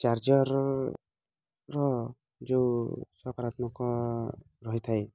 ଚାର୍ଜର୍ର ଯେଉଁ ସକରାତ୍ମକ ରହି ଥାଏ